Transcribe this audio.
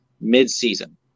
mid-season